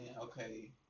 okay